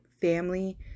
family